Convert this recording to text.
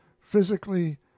Physically